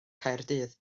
caerdydd